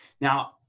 Now